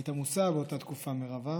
היית עמוסה באותה תקופה, מירב,